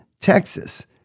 Texas